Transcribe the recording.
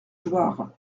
jouarre